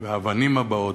והאבנים הבאות,